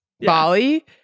Bali